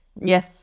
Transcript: Yes